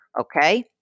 Okay